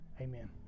Amen